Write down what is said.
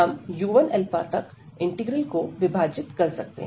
हम u1तक इंटीग्रल को विभाजित कर सकते हैं